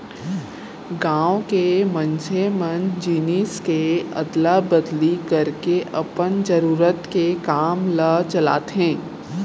गाँव के मनसे मन जिनिस के अदला बदली करके अपन जरुरत के काम ल चलाथे